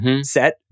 set